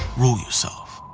rule yourself.